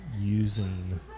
using